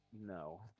No